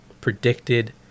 predicted